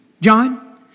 John